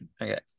Okay